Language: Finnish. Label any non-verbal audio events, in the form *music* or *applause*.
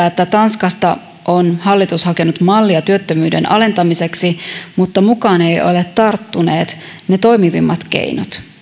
*unintelligible* että tanskasta on hallitus hakenut mallia työttömyyden alentamiseksi mutta mukaan eivät ole tarttuneet ne toimivimmat keinot